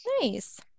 nice